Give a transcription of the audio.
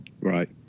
Right